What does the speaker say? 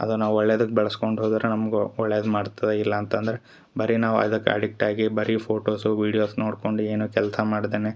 ಅದು ನಾವು ಒಳ್ಳೆಯದಕ್ಕೆ ಬಳಸ್ಕೊಂಡು ಹೋದ್ರ ನಮಗೂ ಒಳ್ಳೆಯದು ಮಾಡ್ತದೆ ಇಲ್ಲ ಅಂತಂದ್ರ ಬರಿ ನಾವು ಅದಕ್ಕೆ ಅಡಿಕ್ಟಾಗಿ ಬರಿ ಫೋಟೋಸು ವೀಡಿಯೋಸ್ ನೋಡ್ಕೊಂಡೆ ಏನು ಕೆಲಸ ಮಾಡ್ದೆನೆ